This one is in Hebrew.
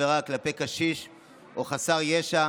עבירה כלפי קשיש או חסר ישע),